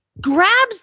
grabs